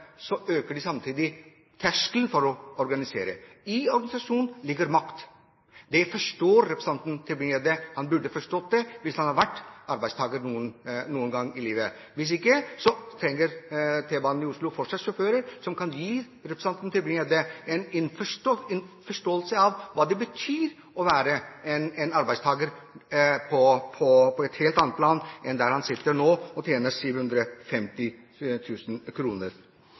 de samtidig terskelen for å organisere seg. I organisasjonen ligger makt. Det forstår representanten Tybring-Gjedde. Han burde forstått det hvis han hadde vært arbeidstaker noen gang i livet. Hvis ikke, trenger T-banen i Oslo fortsatt sjåfører, et yrke som kan gi representanten Tybring-Gjedde en forståelse av hva det betyr å være arbeidstaker på et helt annet plan enn der han nå sitter og tjener